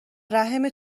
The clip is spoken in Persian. رحم